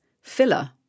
filler